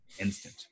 instant